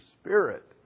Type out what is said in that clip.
spirit